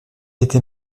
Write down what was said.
était